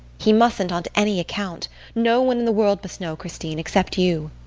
he mustn't on any account no one in the world must know, christine, except you.